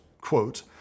quote